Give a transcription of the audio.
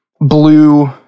blue